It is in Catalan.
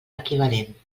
equivalent